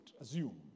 Assume